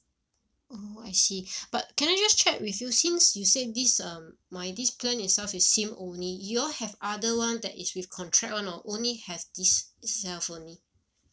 oh I see but can I just check with you since you said this um my this plan itself is SIM only you all have other [one] that is with contract [one] or only has this itself only